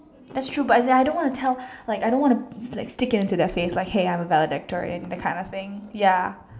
that's true but as in I don't wanna tell I don't wanna like stick it in their face like hey I'm a valedictorian that kind of thing ya